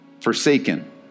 forsaken